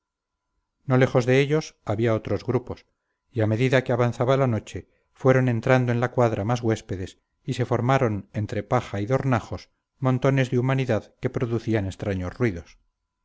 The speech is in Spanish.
no lejos de ellos había otros grupos y a medida que avanzaba la noche fueron entrando en la cuadra más huéspedes y se formaron entre paja y dornajos montones de humanidad que producían extraños ruidos